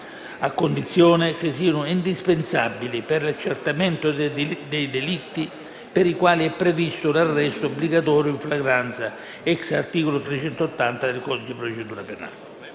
a condizione che siano indispensabili per l'accertamento di delitti per i quali è previsto l'arresto obbligatorio in flagranza (*ex* articolo 380 del codice di procedura penale).